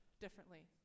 differently